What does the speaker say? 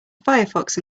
firefox